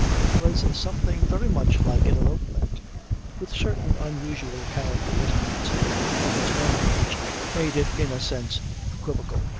it was something very much like an elopement with certain unusual characteristics of its own which made it in a sense equivocal.